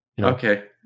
Okay